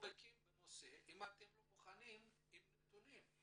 בקיאים בנושא ואתם לא מוכנים עם נתונים?